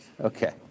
Okay